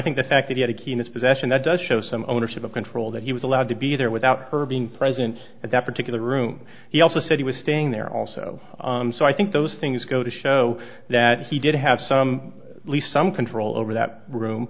think the fact it had a key in its possession that does show some ownership of control that he was allowed to be there without her being present at that particular room he also said he was staying there also so i think those things go to show that he did have some least some control over that room